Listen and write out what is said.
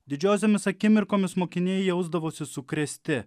didžiosiomis akimirkomis mokiniai jausdavosi sukrėsti